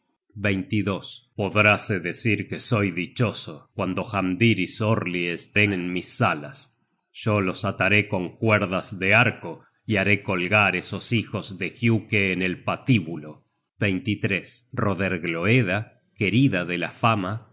podráse decir que soy dichoso cuando hamdir y sorli estén en mis salas yo los ataré con cuerdas de arco y haré colgar esos hijos de giuke en el patíbulo rodergloeda querida de la fama